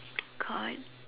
God